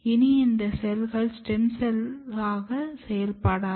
இனி இந்த செல்கள் ஸ்டெம் செல்லாக செயல்படாது